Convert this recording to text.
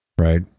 right